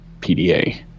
PDA